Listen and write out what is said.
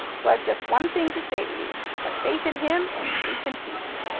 so i've just one thing to say to you have faith in him and sleep in peace.